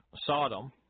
Sodom